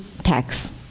tax